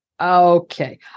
okay